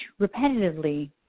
repetitively